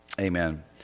amen